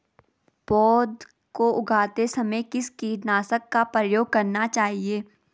पौध को उगाते समय किस कीटनाशक का प्रयोग करना चाहिये?